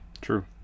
True